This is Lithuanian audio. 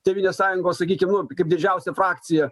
tėvynės sąjungos sakykim nu kaip didžiausia frakcija